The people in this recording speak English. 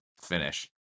finish